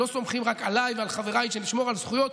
לא סומכים רק עליי ועל חבריי שנשמור על זכויות,